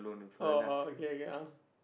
oh oh okay okay ah